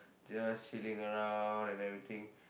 just chilling around and everything